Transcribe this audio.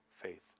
faith